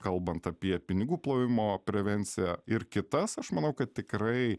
kalbant apie pinigų plovimo prevenciją ir kitas aš manau kad tikrai